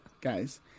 guys